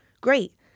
great